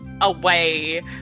away